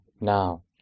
now